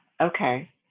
okay